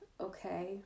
okay